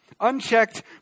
Unchecked